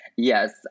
Yes